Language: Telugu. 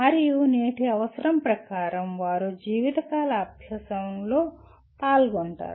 మరియు నేటి అవసరం ప్రకారం వారు జీవితకాల అభ్యాసంలో పాల్గొంటారు